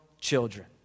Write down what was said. children